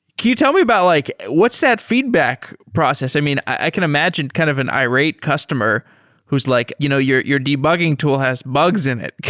can you tell me about like what's that feedback process? i mean, i can imagine kind of an irate customer who is like, you know your your debugging tool has bugs in it.